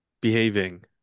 behaving